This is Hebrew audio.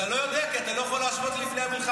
אתה לא יודע, כי אתה לא יכול להשוות לפני המלחמה.